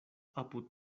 apud